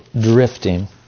drifting